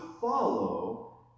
follow